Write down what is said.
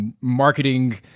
marketing